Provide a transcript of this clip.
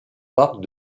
parc